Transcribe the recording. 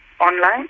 online